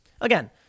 again